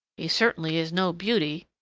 he certainly is no beauty,